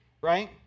right